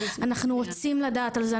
אנחנו רוצים לדעת על זה,